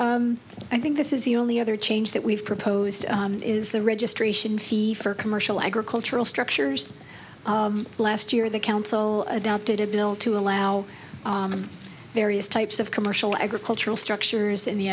chair i think this is the only other change that we've proposed is the registration fee for commercial agricultural structures oh last year the council adopted a bill to allow various types of commercial agricultural structures in the